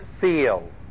feel